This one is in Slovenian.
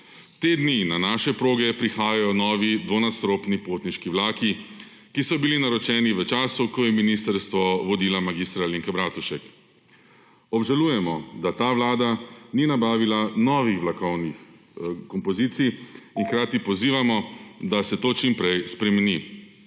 Te dni na naše proge prihajajo novi, dvonadstropni potniški vlaki, ki so bili naročeni v času, ko je Ministrstvo vodila mag. Alenka Bratušek. Obžalujemo, da ta Vlada ni nabavila novih vlakovnih kompozicij / znak za konec razprave/ in hkrati pozivamo, da se to čim prej spremeni.